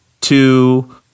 two